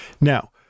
now